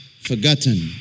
forgotten